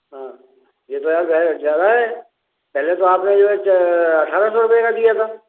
हाँ ये तो यार ज़्यादा है पहले तो आप ने जो है अट्ठारह सौ रुपये का दिया था